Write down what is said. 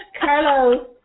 Carlos